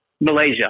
Malaysia